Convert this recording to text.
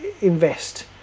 invest